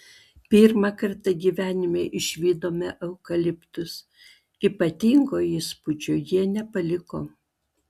pirmą kartą gyvenime išvydome eukaliptus ypatingo įspūdžio jie nepaliko